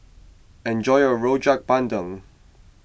enjoy your Rojak Bandung